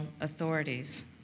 authorities